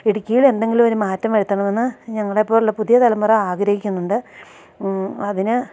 ഇടുക്കിയിൽ എന്തെങ്കിലൊരു മാറ്റം വരുത്തണമെന്ന് ഞങ്ങളെപ്പോലെയുള്ള പുതിയ തലമുറ ആഗ്രഹിക്കുന്നുണ്ട് അതിന്